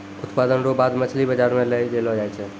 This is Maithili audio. उत्पादन रो बाद मछली बाजार मे लै जैलो जाय छै